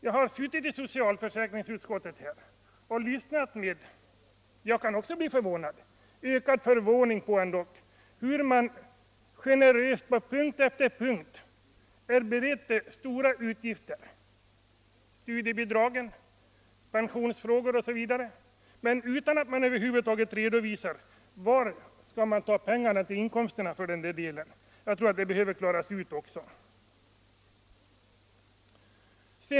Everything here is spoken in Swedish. Jag har suttit i Socialförsäkringsutskottet och lyssnat och har blivit förvånad över hur moderaterna generöst på punkt efter punkt är beredda till ökade utgifter — det gäller studiebidrag, pensionsfrågor osv. — utan att man redovisar var man vill ta inkomsterna för att täcka dessa utgifter. Jag tror att det också behöver klaras ut.